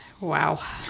wow